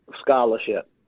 scholarship